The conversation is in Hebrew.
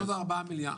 עוד ארבעה מיליארד,